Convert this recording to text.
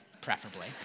preferably